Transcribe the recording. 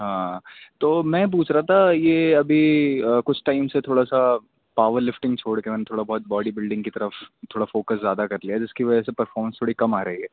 ہاں تو میں پوچھ رہا تھا یہ ابھی کچھ ٹائم سے تھوڑا سا پاور لفٹنگ چھوڑ کے میں نے تھوڑا بہت باڈی بلڈنگ کی طرف تھوڑا فوکس زیادہ کر لیا ہے جس کی وجہ سے پرفارمس تھوڑی کم آ رہی ہے